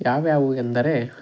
ಯಾವ್ಯಾವುವು ಎಂದರೆ